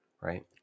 right